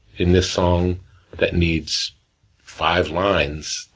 in this song that needs five lines,